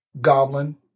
Goblin